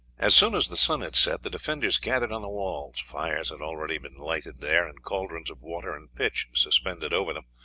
as soon as the sun had set, the defenders gathered on the walls. fires had already been lighted there and cauldrons of water and pitch suspended over them,